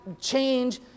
change